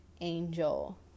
angel